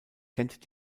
kennt